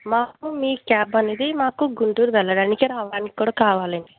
మాకు మీ క్యాబ్ అనేది మాకు గుంటూరు వెళ్ళడానికి రావడానికి కూడా కావాలి అండి